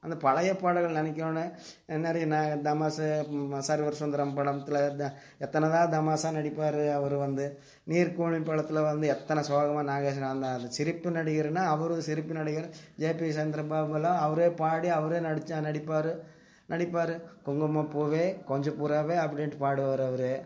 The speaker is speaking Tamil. அந்தப் பழையப் பாடல்கள் நெனைக்கணும் நிறைய ந தம்மாஷு ம்ம சர்வர் சுந்தரம் படத்தில் த எத்தனை தான் தமாஷா நடிப்பார் அவரு வந்து நீர்க்குமிழினு படத்தில் வந்து எத்தனை சோகமாக நாகேஷ் அந்த அந்தச் சிரிப்பு நடிகர்ன்னால் அவரு சிரிப்பு நடிகர் ஜேபி சந்திரபாபு எல்லாம் அவரே பாடி அவரே நடித்த நடிப்பார் நடிப்பார் குங்குமப் பூவே கொஞ்சுப் புறாவே அப்படின்ட்டு பாடுவார் அவரு